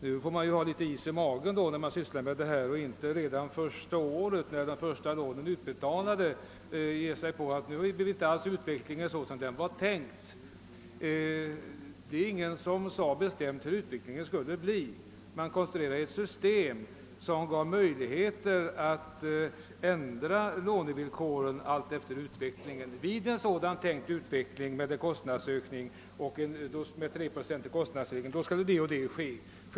Nu får man ju ha litet is i magen när man sysslar med detta och inte redan första året, när de första lånen utbetalas, ge sig på ati säga att utvecklingen nu inte alls har blivit sådan som man hade tänkt sig. Det är ingen som bestämt har sagt hurdan utvecklingen skulle bli. Man konstruerade ett system som gav möjlighet att ändra lånevillkoren alltefter utvecklingen. Vid en tänkt utveckling med en 3-procentig kostnadsökning skulle det och det ske.